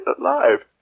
alive